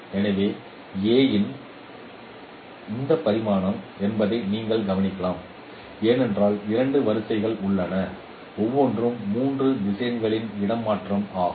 எனவே A இன் பரிமாணம் என்பதை நீங்கள் கவனிக்கலாம் ஏனென்றால் இரண்டு வரிசைகள் உள்ளன ஒவ்வொன்றும் 3 திசையன்களின் இடமாற்றம் ஆகும்